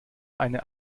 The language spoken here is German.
eine